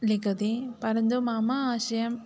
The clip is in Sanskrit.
लिखति परन्तु मम आशयम्